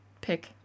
pick